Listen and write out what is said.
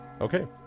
Okay